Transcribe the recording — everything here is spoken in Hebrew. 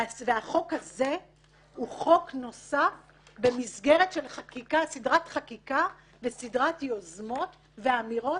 והחוק הזה הוא חוק נוסף במסגרת של סדרת חקיקה וסדרת יוזמות ואמירות,